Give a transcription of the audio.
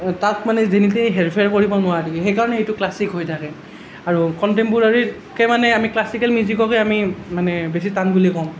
তাত মানে যেনেকৈ হেৰফেৰ কৰিব নোৱাৰি সেই কাৰণে এইটো ক্লাছিক হৈ থাকে আৰু কন্টেম্পৰেৰীতকৈ আমি মানে ক্লাছিকেল মিউজিককে আমি মানে বেছি টান ক'ম